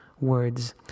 words